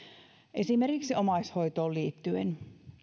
esimerkiksi omaishoitoon liittyen